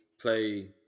play